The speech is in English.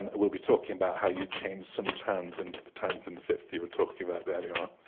we'll be talking about how you change some turns into the turns and fifth you were talking about earlier on